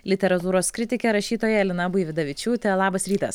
literatūros kritikė rašytoja lina buividavičiūtė labas rytas